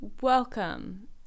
welcome